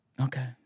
Okay